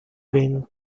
been